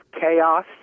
chaos